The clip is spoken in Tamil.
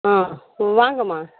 ஆ வாங்கம்மா